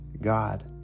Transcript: God